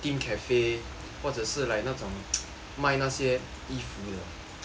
themed cafe 或者是 like 那种 卖那些衣服的